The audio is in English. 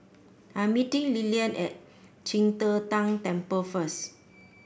I am meeting Lilyan at Qing De Tang Temple first